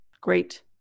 Great